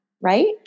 Right